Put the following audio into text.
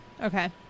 Okay